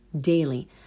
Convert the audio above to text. daily